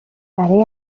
برای